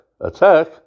Attack